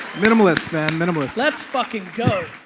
minimalist, man, minimalist. let's fucking go.